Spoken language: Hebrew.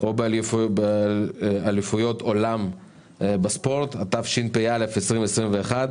או באליפויות העולם בספורט), התשפ"א-2021,